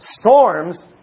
storms